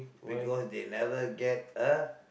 because they never get a